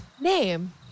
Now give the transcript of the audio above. name